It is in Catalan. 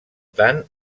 tant